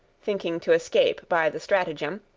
thinking to escape by the stratagem,